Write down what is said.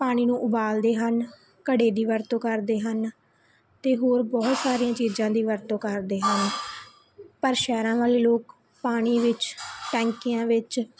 ਪਾਣੀ ਨੂੰ ਉਬਾਲਦੇ ਹਨ ਘੜੇ ਦੀ ਵਰਤੋਂ ਕਰਦੇ ਹਨ ਅਤੇ ਹੋਰ ਬਹੁਤ ਸਾਰੀਆਂ ਚੀਜ਼ਾਂ ਦੀ ਵਰਤੋਂ ਕਰਦੇ ਹਨ ਪਰ ਸ਼ਹਿਰਾਂ ਵਾਲੇ ਲੋਕ ਪਾਣੀ ਵਿੱਚ ਟੈਂਕੀਆਂ ਵਿੱਚ